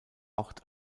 ort